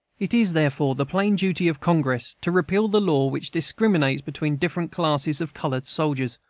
it is therefore the plain duty of congress to repeal the law which discriminates between different classes of colored soldiers,